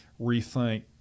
rethink